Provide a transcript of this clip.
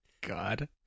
God